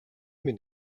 минь